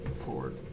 forward